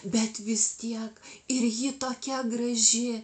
bet vis tiek ir ji tokia graži